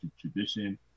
tradition